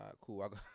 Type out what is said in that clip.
Cool